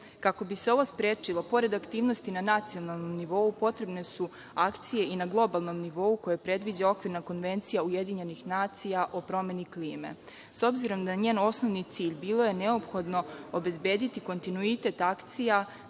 16%.Kako bi se ovo sprečilo, pored aktivnosti na nacionalnom nivou, potrebne su akcije i na globalnom nivou koje predviđa Okvirna konvencija Ujedinjenih nacija o promeni klime. S obzirom na njen osnovni cilj, bilo je neophodno obezbediti kontinuitet akcija